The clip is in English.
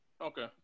Okay